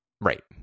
Right